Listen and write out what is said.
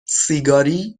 سیگاری